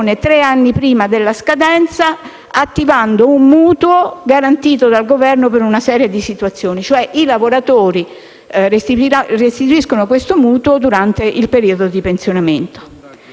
tre anni prima della scadenza, attivando un mutuo, garantito dal Governo per una serie di situazioni, che i lavoratori restituiranno durante il periodo di pensionamento.